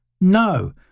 No